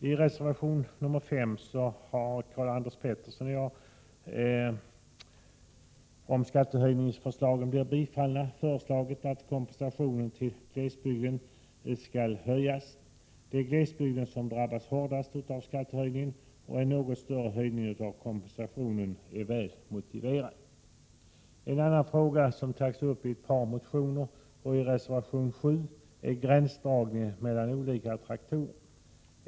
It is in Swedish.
I reservation 5 har Karl-Anders Petersson och jag föreslagit — om skattehöjningsförslagen blir bifallna — att kompensationen till glesbygden skall höjas. Det är glesbygden som drabbas hårdast av skattehöjningen, och en något större höjning av kompensationen är väl motiverad. En annan fråga, som tagits upp i ett par motioner och i reservation 7, är gränsdragningen mellan olika traktorer.